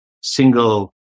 single